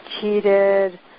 cheated